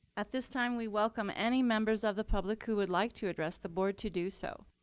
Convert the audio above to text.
at this time, we welcome any members of the public who would like to address the board to do so.